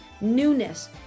newness